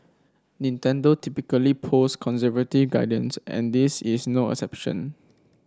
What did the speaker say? Nintendo typically post conservative guidance and this is no exception